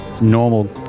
normal